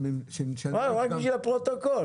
רק לפרוטוקול.